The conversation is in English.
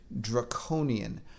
Draconian